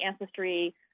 ancestry